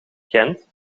gent